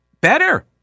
better